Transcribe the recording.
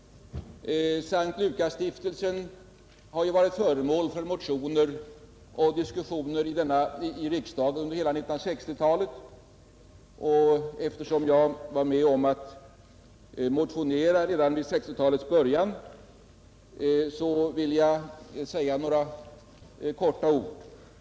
S:t Lukasstiftelsen har ju varit föremål för motioner och diskussioner i riksdagen under hela 1960-talet, och eftersom jag var med om att motionera redan i 1960-talets början vill jag säga några få ord.